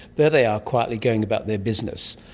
there they are quietly going about their business,